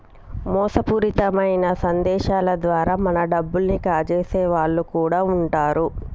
మోసపూరితమైన సందేశాల ద్వారా మన డబ్బుల్ని కాజేసే వాళ్ళు కూడా వుంటరు